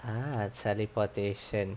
a teleportation